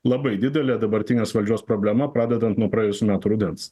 labai didelė dabartinės valdžios problema pradedant nuo praėjusių metų rudens